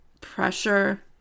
pressure